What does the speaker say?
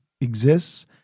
exists